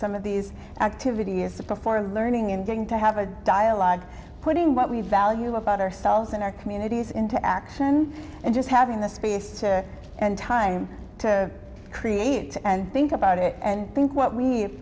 some of these activity is a performer of learning and going to have a dialogue putting what we value about ourselves and our communities into action and just having the space and time to create and think about it and think what we